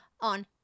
on